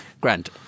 Grant